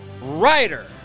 Writer